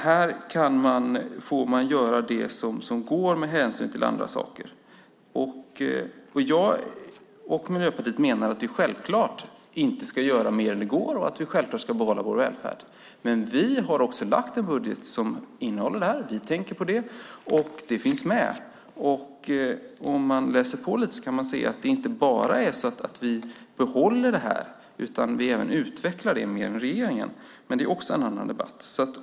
Här får man göra det som går med hänsyn till andra saker. Jag och Miljöpartiet menar att vi självfallet inte ska göra mer än det går och att vi självfallet ska behålla vår välfärd. Men vi har också lagt en budget som innehåller detta. Vi tänker på det. Det finns med. Om man läser på lite kan man se att vi inte bara behåller det här utan att vi även utvecklar det mer än regeringen, men det är också en annan debatt.